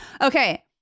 Okay